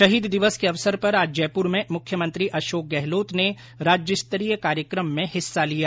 शहीद दिवस के अवसर पर आज जयपुर में मुख्यमंत्री अशोक गहलोत ने राज्य स्तरीय कार्यक्रम में हिस्सा लिया